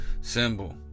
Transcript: symbol